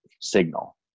signal